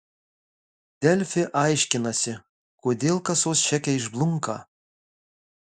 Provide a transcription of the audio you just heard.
delfi aiškinasi kodėl kasos čekiai išblunka